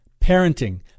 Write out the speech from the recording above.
parenting